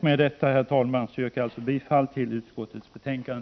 Med detta, herr talman, yrkar jag bifall till utskottets hemställan.